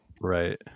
Right